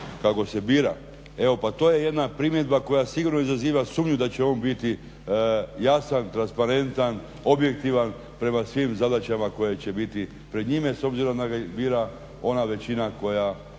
kako se bira. Evo pa to je jedna primjedba koja sigurno izaziva sumnju da će on biti jasan, transparentan, objektivan prema svim zadaćama koje će biti pred njime s obzirom da ga bira ona većina koja